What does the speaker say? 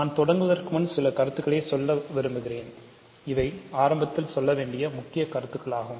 நான் தொடங்குவதற்கு முன் சில கருத்துக்களை சொல்ல விரும்புகிறேன் இவை ஆரம்பத்தில் சொல்ல வேண்டிய முக்கியமான கருத்துகள் ஆகும்